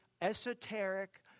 esoteric